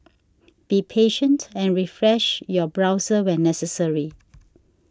be patient and refresh your browser when necessary